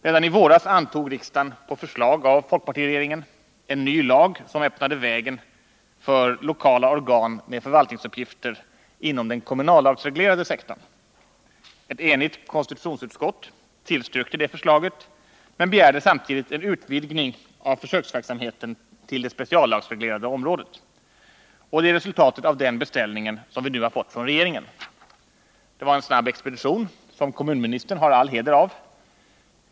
Redan i våras antog riksdagen på förslag av folkpartiregeringen en ny lag som öppnade vägen för lokala organ med förvaltningsuppgifter inom den kommunallagsreglerade sektorn. Ett enigt konstitutionsutskott tillstyrkte det förslaget men begärde samtidigt en utvidgning av försöksverksamheten till det speciallagsreglerade området. Det är resultatet av den beställningen som vi nu har fått från regeringen. Det var en snabb expedition, som kommunministern har all heder av.